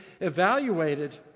evaluated